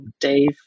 Dave